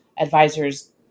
advisors